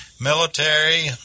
military